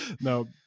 no